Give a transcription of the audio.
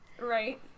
Right